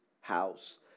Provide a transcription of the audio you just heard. house